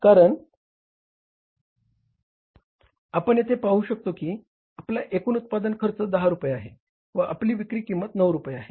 कारण आपण येथे पाहू शकतो की आपला एकूण उत्पादन खर्च 10 रुपये आहे व आपली विक्री किंमत 9 रुपये आहे